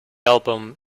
album